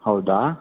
ಹೌದಾ